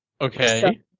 Okay